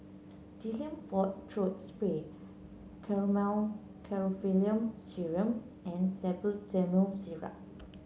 Difflam Forte Throat Spray Chlormine Chlorpheniramine Syrup and Salbutamol Syrup